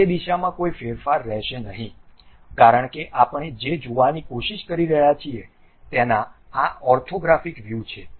તે દિશામાં કોઈ ફેરફાર રહેશે નહીં કારણ કે આપણે જે જોવાની કોશિશ કરી રહ્યા છીએ તેના આ ઓર્થોગ્રાફિક વ્યુ છે